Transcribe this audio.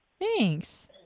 Thanks